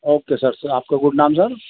okay sir sir آپ کا good نام سر